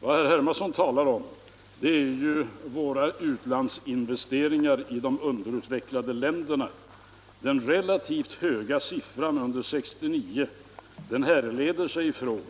Vad herr Hermansson talar om är ju våra utlandsinvesteringar i de underutvecklade länderna. Den relativt höga siffran för år 1969 härleder sig från